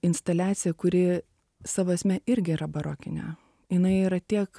instaliaciją kuri savo esme irgi yra barokinė jinai yra tiek